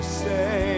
say